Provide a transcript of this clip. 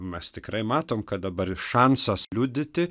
mes tikrai matom kad dabar šansas liudyti